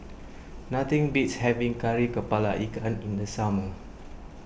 nothing beats having Kari Kepala Ikan in the summer